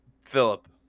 Philip